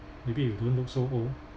maybe you don't look so old